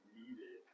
needed